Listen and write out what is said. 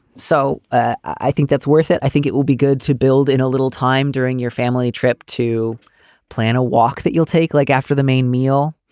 so ah i think that's worth it. i think it will be good to build in a little time during your family trip to plan a walk that you'll take like after the main meal